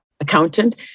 accountant